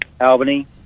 Albany